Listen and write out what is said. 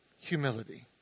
humility